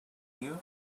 you